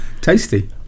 Tasty